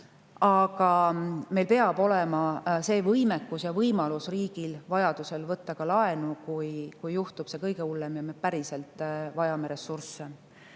riigil peab olema võimekus ja võimalus vajadusel võtta ka laenu, kui juhtub see kõige hullem ja me päriselt vajame ressursse.